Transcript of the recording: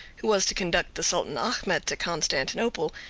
who was to conduct the sultan achmet to constantinople,